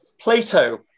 Plato